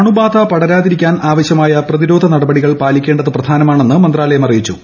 അണുബാധ പടരാതിരിക്കാൻ ആവശ്യമായ പ്രതിരോധ നടപടികൾ പാലിക്കേണ്ടത് പ്രധാനമാണെന്ന് മന്ത്രാലയം അറിയിച്ചു